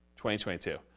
2022